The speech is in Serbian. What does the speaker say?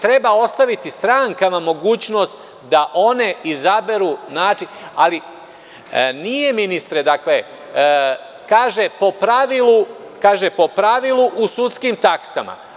Treba ostaviti strankama mogućnost da one izaberu način, ali nije ministre, dakle, kaže – po pravilu u sudskim taksama.